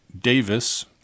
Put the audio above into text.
Davis